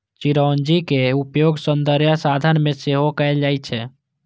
चिरौंजीक उपयोग सौंदर्य प्रसाधन मे सेहो कैल जाइ छै